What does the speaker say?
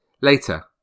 Later